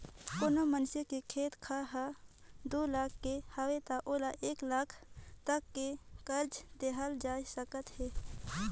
कोनो मइनसे के खेत खार हर दू लाख के हवे त ओला एक लाख तक के करजा देहल जा सकथे